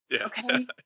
Okay